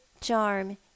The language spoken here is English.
charm